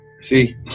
see